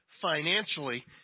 financially